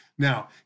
Now